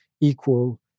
equal